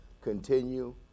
continue